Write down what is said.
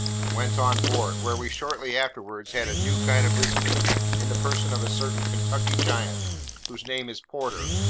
and went on board, where we shortly afterwards had a new kind of visitor in the person of a certain kentucky giant whose name is porter,